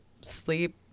sleep